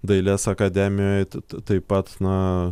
dailės akademijoj taip pat na